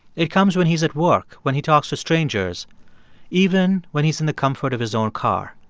it comes when he's at work, when he talks to strangers even when he's in the comfort of his own car.